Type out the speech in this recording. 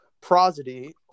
prosody